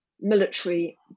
military